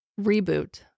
reboot